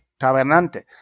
tabernante